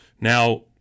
Now